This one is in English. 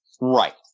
Right